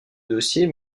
dossier